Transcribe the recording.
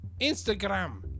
Instagram